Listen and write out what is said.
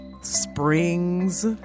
springs